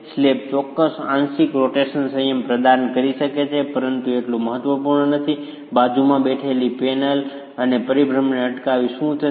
slab ચોક્કસ આંશિક rotational સંયમ પ્રદાન કરી શકે છે પરંતુ તે એટલું મહત્ત્વપૂર્ણ નથી કે બાજુમાં બેઠેલી પેનલ અને પરિભ્રમણને અટકાવવાથી શું થશે